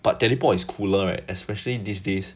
but teleport is cooler right and especially these days